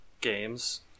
games